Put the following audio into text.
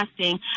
testing